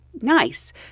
nice